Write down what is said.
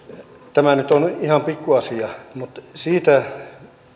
tämä nyt on ihan pikkuasia mutta siitä